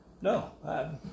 No